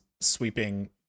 sweeping